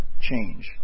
change